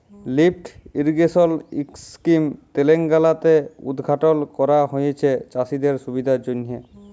lift irrigation scheme তেলেঙ্গালাতে উদঘাটল ক্যরা হঁয়েছে চাষীদের সুবিধার জ্যনহে